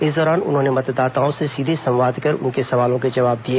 इस दौरान उन्होंने मतदाताओं से सीधे संवाद कर उनके सवालों के जवाब दिए